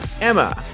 Emma